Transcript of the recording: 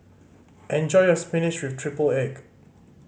enjoy your spinach with triple egg